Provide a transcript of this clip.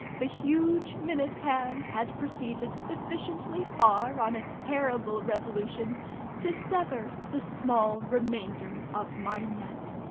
the huge minute-hand had proceeded sufficiently far on its terrible revolution to sever the small remainder of my neck.